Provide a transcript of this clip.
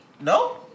No